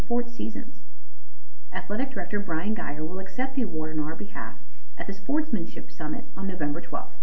sports season athletic director brian guy who will accept the award in our behalf at the sportsmanship summit on nov twelfth